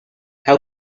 how